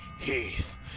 Heath